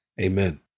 Amen